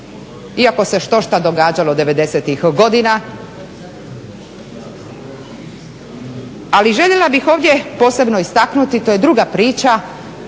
iako se štošta događalo '90.-tih godina. Ali željela bih ovdje posebno istaknuti, to je druga priča,